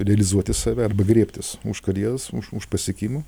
realizuoti save arba griebtis už karjeros už už pasiekimų